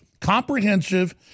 comprehensive